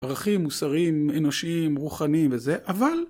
ערכים, מוסרים, אנושים, רוחניים וזה, אבל